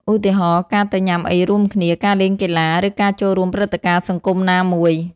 ឧទាហរណ៍ ការទៅញ៉ាំអីរួមគ្នា ការលេងកីឡា ឬការចូលរួមព្រឹត្តិការណ៍សង្គមណាមួយ។